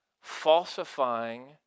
Falsifying